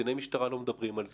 קציני משטרה לא מדברים על זה.